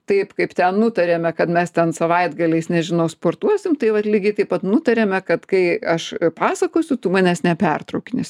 taip kaip ten nutarėme kad mes ten savaitgaliais nežinau sportuosim tai vat lygiai taip pat nutarėme kad kai aš pasakosiu tu manęs nepertraukinėsi